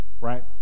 right